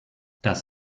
das